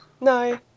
no